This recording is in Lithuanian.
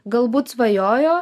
galbūt svajojo